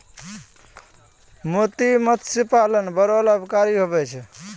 मोती मतस्य पालन बड़ो लाभकारी हुवै छै